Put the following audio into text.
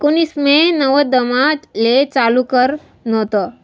एकोनिससे नव्वदमा येले चालू कर व्हत